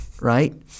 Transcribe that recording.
right